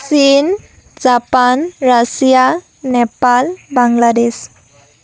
চীন Japan Russia Nepal Bangladesh